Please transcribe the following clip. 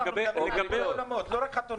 אנחנו מדברים על כל האולמות, לא רק חתונות.